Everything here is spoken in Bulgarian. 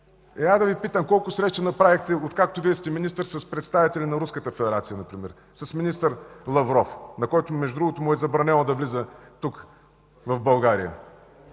Ха да Ви питам – колко срещи направихте, откакто сте министър, с представители на Руската федерация, например с министър Лавров, на който между другото му е забранено да влиза тук, в България?